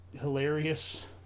hilarious